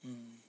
mm